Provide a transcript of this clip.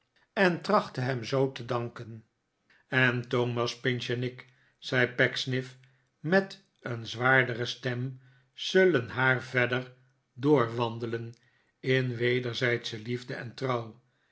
en trachtte hem zoo te danken en thomas pinch en ik zei pecksnifi met een zwaardere stem zullen haar verder doorwandelen in wederzijdsche liefde en trouw